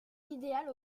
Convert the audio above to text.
idéale